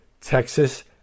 Texas